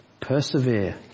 persevere